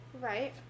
Right